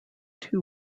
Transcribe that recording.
two